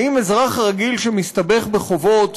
האם אזרח רגיל שמסתבך בחובות,